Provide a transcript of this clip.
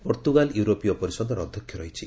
Portugal ୟୁରୋପୀୟ ପରିଷଦର ଅଧ୍ୟକ୍ଷ ରହିଛି